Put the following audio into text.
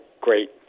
great